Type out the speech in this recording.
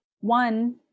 One